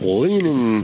leaning